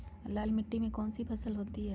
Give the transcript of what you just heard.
लाल मिट्टी में कौन सी फसल होती हैं?